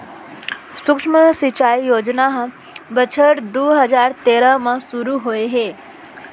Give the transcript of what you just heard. सुक्ष्म सिंचई योजना ह बछर दू हजार तेरा म सुरू होए हे